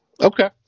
Okay